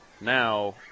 Now